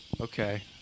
Okay